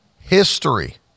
history